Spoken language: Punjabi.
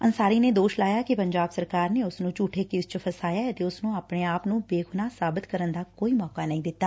ਅੰਸਾਰੀ ਨੇ ਦੋਸ਼ ਲਾਇਆ ਕਿ ਪੰਜਾਬ ਸਰਕਾਰ ਨੇ ਉਸ ਨੂੰ ਬੂਠੇ ਕੇਸ ਚ ਫਸਾਇਐ ੱਅਤੇ ਉਸ ਨੂੰ ਆਪਣੇ ਆਪ ਨੂੰ ਬੇਗੁਨਾਹ ਸਾਬਤ ਕਰਨ ਦਾ ਕੋਈ ਮੌਕਾ ਨਹੀ ਦਿੱਤਾ